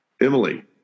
Emily